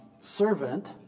servant